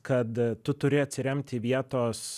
kad tu turi atsiremt į vietos